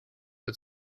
but